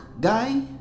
guy